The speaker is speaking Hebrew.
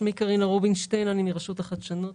אני מרשות החדשנות.